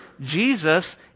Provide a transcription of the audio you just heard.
Jesus